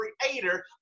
creator